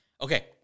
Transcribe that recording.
Okay